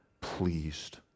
pleased